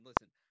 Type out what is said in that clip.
listen